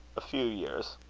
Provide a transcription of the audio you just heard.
a few years.